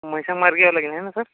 मार्गे यायला लागेल हाय ना सर